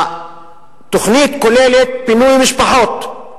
התוכנית כוללת פינוי משפחות.